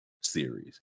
series